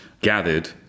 gathered